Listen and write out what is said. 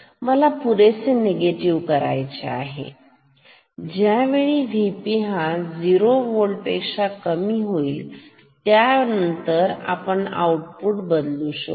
मला पुरेसे निगेटीव्ह करायचे आहे ज्यामुळे VP हा 0 होल्ट पेक्षा कमी होईल त्यानंतर आपण आउटपुट बदलू शकू